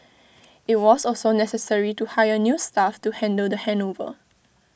IT was also necessary to hire new staff to handle the handover